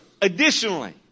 Additionally